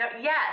Yes